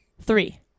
Three